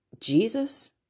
Jesus